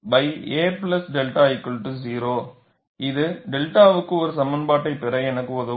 எனவே இது 𝛅 வுக்கு ஒரு சமன்பாட்டைப் பெற எனக்கு உதவும்